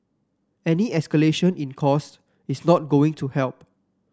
any escalation in cost is not going to help